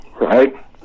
right